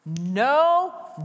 No